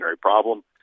problem